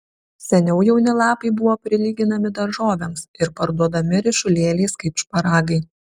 seniau jauni lapai buvo prilyginami daržovėms ir parduodami ryšulėliais kaip šparagai